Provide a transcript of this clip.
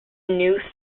new